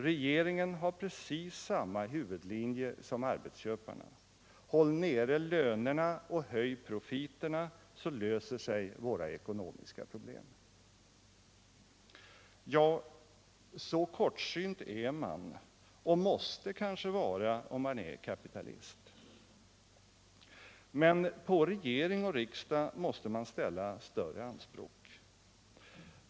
Regeringen har precis samma huvudlinje som arbetsköparna: ” Håll nere lönerna och höj profiterna, så löser sig våra ckonomiska problem.” Ja, så kortsynt är man och måste man kanske vara om man ir kapitalist. Men på regering och riksdag måste man ställa större anspråk.